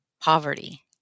poverty